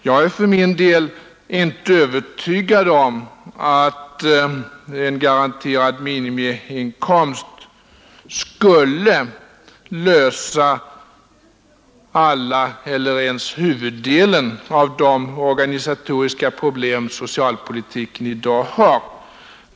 Jag är för min del inte säker på att en garanterad minimiinkomst skulle lösa alla eller ens huvuddelen av de organisatoriska problem socialpolitiken i dag har.